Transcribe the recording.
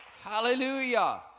Hallelujah